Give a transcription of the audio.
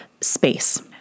space